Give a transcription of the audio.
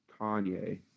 Kanye